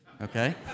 Okay